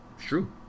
true